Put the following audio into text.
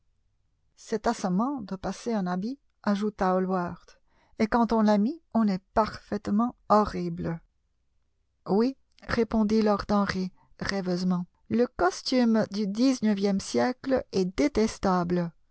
c'est assommant de passer un habit ajouta hallward et quand on l'a mis on est parfaitement horrible oui répondit lord henry rêveusement le costume du xix a siècle est détestable